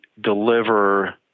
deliver